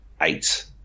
eight